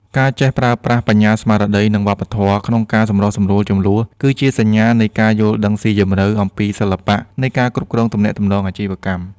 ការចេះប្រើប្រាស់ "បញ្ញាស្មារតី និងវប្បធម៌" ក្នុងការសម្រុះសម្រួលជម្លោះ គឺជាសញ្ញានៃការយល់ដឹងស៊ីជម្រៅអំពីសិល្បៈនៃការគ្រប់គ្រងទំនាក់ទំនងអាជីវកម្ម។